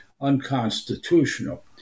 unconstitutional